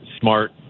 smart